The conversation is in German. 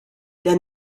der